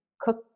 cook